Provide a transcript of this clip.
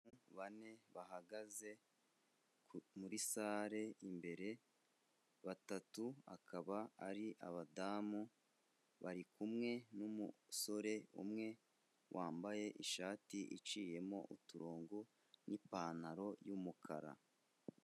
Abantu bane bahagaze muri sale imbere, batatu akaba ari abadamu bari kumwe n'umusore umwe wambaye ishati iciyemo uturongo n'ipantaro y'umukara.